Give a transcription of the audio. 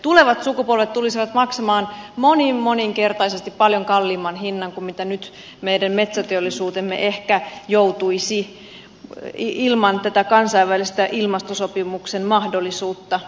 tulevat sukupolvet tulisivat maksamaan moninmoninkertaisesti paljon kalliimman hinnan kuin nyt meidän metsäteollisuutemme ehkä joutuisi ilman tätä kansainvälistä ilmastosopimuksen mahdollisuutta